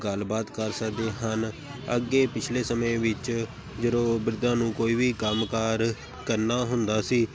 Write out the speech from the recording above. ਗੱਲਬਾਤ ਕਰ ਸਕਦੇ ਹਨ ਅੱਗੇ ਪਿਛਲੇ ਸਮੇਂ ਵਿੱਚ ਜਦੋਂ ਬਿਰਧਾਂ ਨੂੰ ਕੋਈ ਵੀ ਕੰਮ ਕਾਰ ਕਰਨਾ ਹੁੰਦਾ ਸੀ